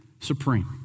supreme